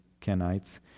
Kenites